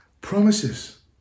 promises